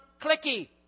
clicky